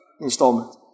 installment